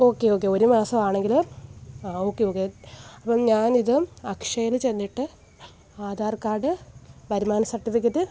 okay okay ഒരു മാസമാണെങ്കിൽ ആ ഓക്കെ ഓക്കെ അപ്പം ഞാനിത് അക്ഷയയിൽ ചെന്നിട്ട് ആധാർ കാർഡ് വരുമാന സർട്ടിഫിക്കറ്റ്